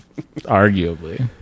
arguably